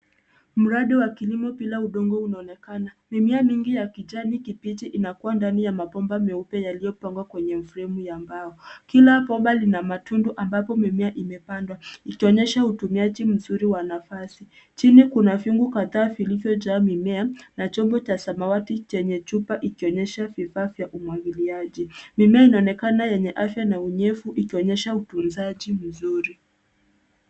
Mradi wa kilimo bila udongo unaonekana. Mimea mingi ya kijani kibichi inakua ndani ya mabomba meupe yaliyopangwa kwenye fremu ya mbao. Kila bomba lina matundu ambapo mimea imepandwa, ikionyesha utumiaji mzuri wa nafasi. Chini kuna vyungu kadhaa vilivyojaa mimea na chungu cha samawati chenye chupa ikionyesha vifaa vya umwagiliaji. Mimea inaonekana yenye afya na unyevu ikionyesha utunzaji mzuri.